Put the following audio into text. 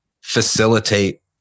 facilitate